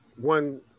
one